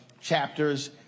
chapters